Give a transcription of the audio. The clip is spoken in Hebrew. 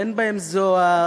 אין בהם זוהר,